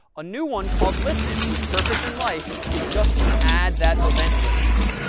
a new one called listen whose purpose in life is just to add that event listener.